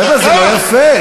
חבר'ה, זה לא יפה.